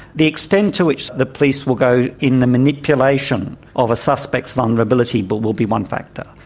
the extent to which the police will go in the manipulation of a suspect's vulnerability but will be one factor.